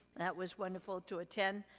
that was wonderful to attend.